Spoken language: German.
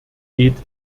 geht